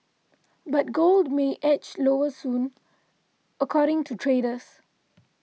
but gold may edge lower soon according to traders